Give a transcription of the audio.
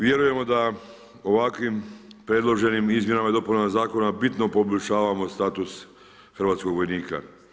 Vjerujemo da ovakvim predloženim izmjenama i dopunama zakona bitno poboljšavamo status hrvatskog vojnika.